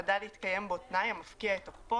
שהרישיון חדל להתקיים בו התנאי המפקיע את תוקפו.